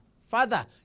Father